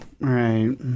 Right